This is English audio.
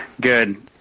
Good